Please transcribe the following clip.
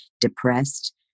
depressed